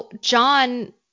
John